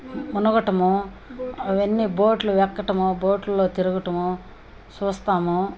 మునగటము అవన్నీ బోట్లు ఎక్కటము బోట్లలో తిరగటము చూస్తాము